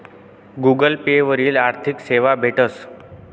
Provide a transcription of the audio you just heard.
Google pay वरी आर्थिक सेवा भेटस